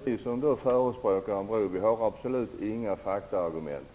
Herr talman! Jag noterar att vi som förespråkar en bro enligt Kerstin Warnerbring inte har några som helst faktaargument,